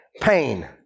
pain